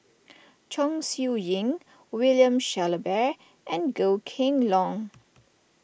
Chong Siew Ying William Shellabear and Goh Kheng Long